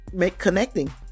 connecting